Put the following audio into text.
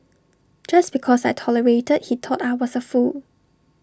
just because I tolerated he thought I was A fool